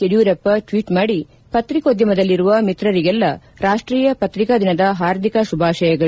Yediyurappa tweet ಮಾಡಿ ಪತ್ರಿಕೋದ್ಯಮದಲ್ಲಿರುವ ಮಿತ್ರರಿಗೆಲ್ಲ ರಾಷ್ಷೀಯ ಪ್ರತಿಕಾ ದಿನದ ಹಾರ್ದಿಕ ಶುಭಾಶಯಗಳು